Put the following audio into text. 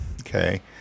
okay